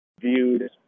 viewed